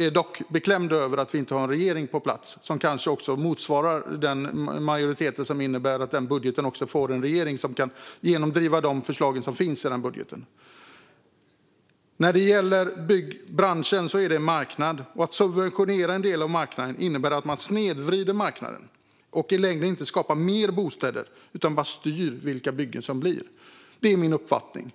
är dock beklämd över att vi inte har en regering på plats - kanske en som motsvarar majoriteten och därmed kan genomdriva de förslag som finns i den budgeten. Byggbranschen är en marknad, och att subventionera en del av marknaden innebär att man snedvrider marknaden och i längden inte skapar fler bostäder utan bara styr vilka byggen som blir av. Det är min uppfattning.